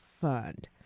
Fund